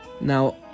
now